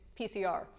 pcr